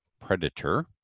Predator